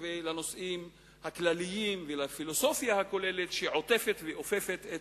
ולנושאים הכלליים ולפילוסופיה הכוללת שעוטפת ואופפת את